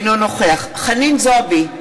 אינו נוכח חנין זועבי,